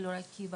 של אור עקיבא